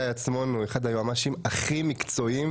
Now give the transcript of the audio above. עצמון הוא אחד היועצים המשפטיים הכי מקצועיים,